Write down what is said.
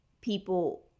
people